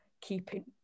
keeping